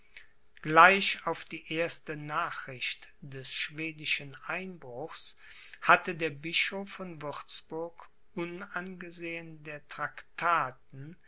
gleich auf die erste nachricht des schwedischen einbruchs hatte der bischof von würzburg unangesehen der traktaten